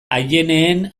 aieneen